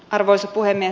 arvoisa puhemies